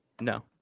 No